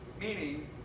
meaning